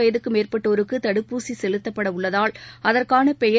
வயதுக்குமேற்பட்டோருக்குதடுப்பூசிசெலுத்தப்படவுள்ளதால் அதற்கானபெயர்